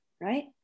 right